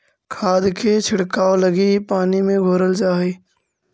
खाद के छिड़काव लगी इ पानी में घोरल जा हई